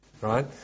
right